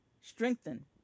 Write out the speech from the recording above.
strengthen